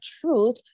truth